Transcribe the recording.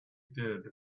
did